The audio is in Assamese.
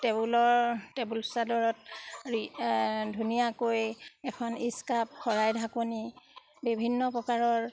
টেবুলৰ টেবুল চাদৰত ধুনীয়াকৈ এখন স্কাপ শৰাই ঢাকনি বিভিন্ন প্ৰকাৰৰ